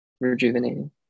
rejuvenating